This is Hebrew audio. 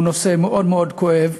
הוא נושא מאוד מאוד כואב,